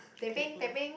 teh peng teh peng